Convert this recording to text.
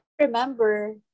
remember